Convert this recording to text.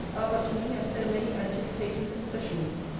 are but to me as so many anticipating concessions,